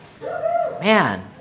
Man